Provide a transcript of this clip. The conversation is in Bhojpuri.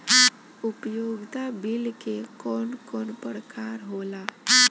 उपयोगिता बिल के कवन कवन प्रकार होला?